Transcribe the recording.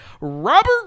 Robert